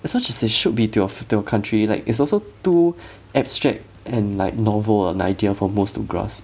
as much as they should be to your f~ to your country like it's also too abstract and like novel an idea for most to gross